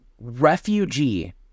refugee